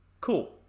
Cool